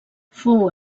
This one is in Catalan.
fou